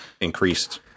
increased